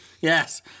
Yes